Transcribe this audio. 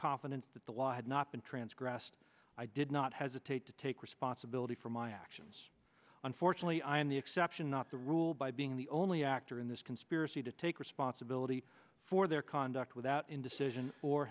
confidence that the law had not been trans grassed i did not hesitate to take responsibility for my actions unfortunately i am the exception not the rule by being the only actor in this conspiracy to take responsibility for their conduct without indecision or